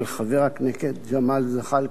חבר הכנסת ג'מאל זחאלקה,